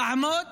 תעמוד